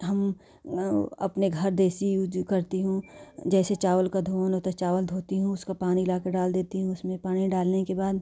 हम अपने घर देशी जो करती हूँ जैसे चावल का धुलने तो चावल धोती हूँ उसको पानी लाकर डाल देती हूँ उसमें पानी डालने के बाद